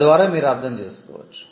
తద్వారా మీరు అర్థం చేసుకోవచ్చు